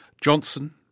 Johnson